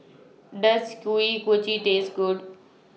Does Kuih Kochi Taste Good